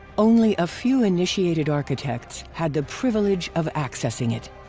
only a few initiated architects had the privilege of accessing it.